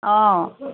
অঁ